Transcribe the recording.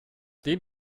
den